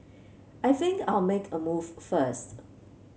I think I'll make a move first